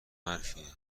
حرفیه